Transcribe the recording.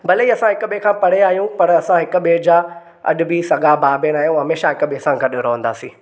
भले ई असां हिकु ॿिएं खां परे आहियूं पर असां हिकु ॿिएं जा अॼु बि सॻा भाउ भेण आहियूं ऐं हमेशह हिकु ॿिएं सां गॾु रहंदासीं